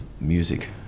music